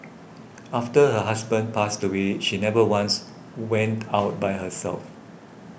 after her husband passed away she never once went out by herself